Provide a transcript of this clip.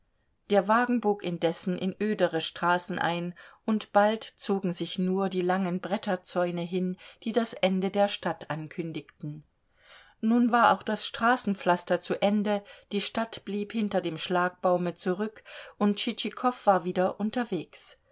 der wagen bog indessen in ödere straßen ein und bald zogen sich nur die langen bretterzäune hin die das ende der stadt ankündigten nun war auch das straßenpflaster zu ende die stadt blieb hinter dem schlagbaume zurück und tschitschikow war wieder unterwegs